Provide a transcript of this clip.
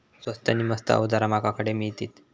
स्वस्त नी मस्त अवजारा माका खडे मिळतीत?